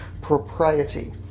propriety